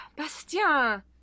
Bastien